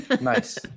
Nice